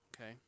okay